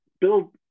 build